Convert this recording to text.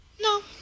No